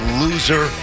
loser